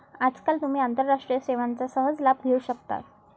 आजकाल तुम्ही आंतरराष्ट्रीय सेवांचा सहज लाभ घेऊ शकता